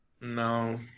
No